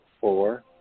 four